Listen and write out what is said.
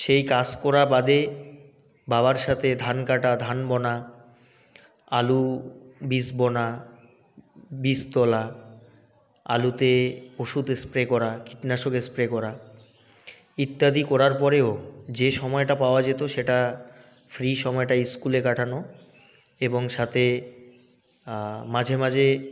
সেই কাজ করা বাদে বাবার সাথে ধান কাটা ধান বোনা আলু বীজ বোনা বীজ তোলা আলুতে ওষুধ স্প্রে করা কীটনাশক স্প্রে করা ইত্যাদি কোরার পরেও যে সময়টা পাওয়া যেত সেটা ফ্রি সময়টা স্কুলে কাটানো এবং সাথে মাঝে মাঝে